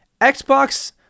Xbox